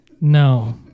No